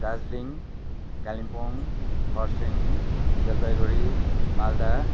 Darjeeling Kalimpong Kurseong Jalpaiguri Malda